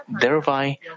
thereby